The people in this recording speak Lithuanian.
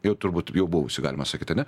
jau turbūt jau buvusi galima sakyt ane